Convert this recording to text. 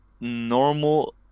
normal